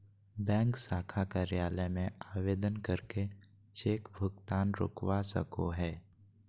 bank शाखा कार्यालय में आवेदन करके चेक भुगतान रोकवा सको हय